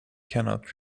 cannot